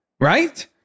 right